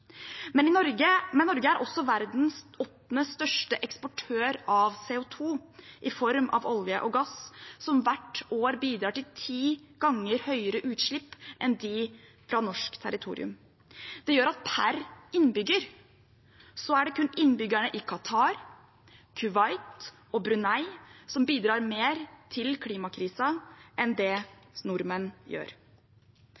Men Norge er også verdens åttende største eksportør av CO 2 i form av olje og gass som hvert år bidrar til ti ganger høyere utslipp enn de fra norsk territorium. Det gjør at per innbygger er det kun innbyggerne i Qatar, Kuwait og Brunei som bidrar mer til klimakrisen enn det